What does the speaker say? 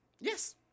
Yes